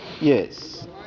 Yes